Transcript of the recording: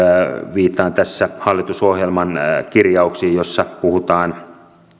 viittaan tässä hallitusohjelman kirjauksiin joissa puhutaan